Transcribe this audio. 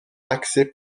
axée